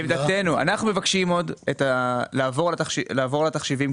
אנחנו מבקשים לעבור על התחשיבים.